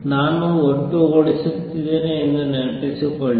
ನಾನು ಒಟ್ಟುಗೂಡಿಸುತ್ತಿದ್ದೇನೆ ಎಂದು ನೆನಪಿಸಿಕೊಳ್ಳಿ